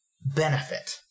benefit